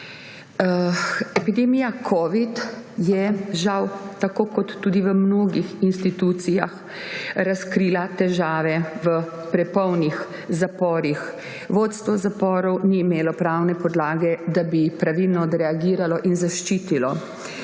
Epidemija covida je žal tako kot tudi v mnogih institucijah razkrila težave v prepolnih zaporih. Vodstvo zaporov ni imelo pravne podlage, da bi pravilno odreagiralo in zaščitilo